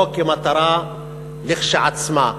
לא כמטרה כשלעצמה,